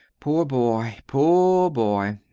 poor boy, poor boy!